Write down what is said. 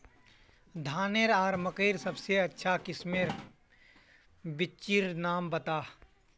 धानेर आर मकई सबसे अच्छा किस्मेर बिच्चिर नाम बता?